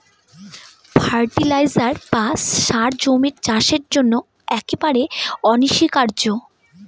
fertiliser বা সার জমির চাষের জন্য একেবারে অনস্বীকার্য